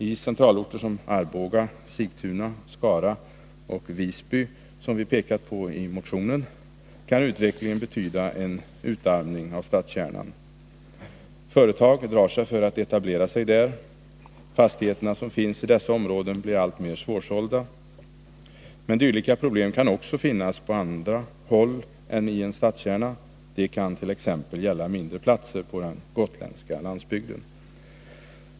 I centralorter som Arboga, Sigtuna, Skara och Visby, som vi har pekat på i motionen, kan utvecklingen betyda en utarmning av stadskärnan. Företag drar sig för att etablera sig där, de fastigheter som finns i dessa områden blir alltmer svårsålda. Men dylika problem kan också finnas på andra håll än i en stadskärna. De kan t. ex gälla mindre platser på den gotländska landsbygden.